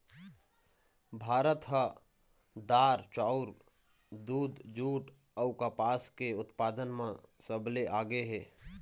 भारत ह दार, चाउर, दूद, जूट अऊ कपास के उत्पादन म सबले आगे हे